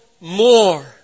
more